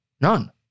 None